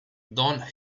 don